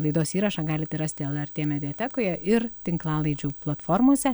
laidos įrašą galite rasti lrt mediatekoje ir tinklalaidžių platformose